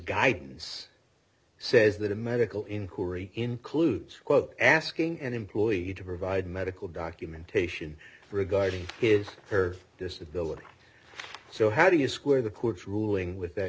guidelines says that a medical inquiry includes quote asking an employee you to provide medical documentation regarding his her disability so how do you square the court's ruling with the